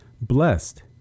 blessed